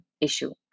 issue